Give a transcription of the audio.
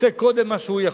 עושה קודם מה שהוא יכול,